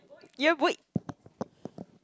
yeboi